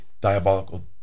diabolical